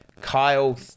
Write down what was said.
Kyle